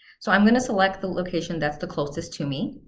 so i'm going to select the location that's the closest to me,